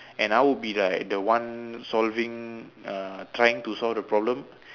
and I would be like the one solving uh trying to solve the problem